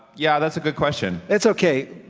yeah, that's a good question. it's okay.